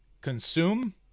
consume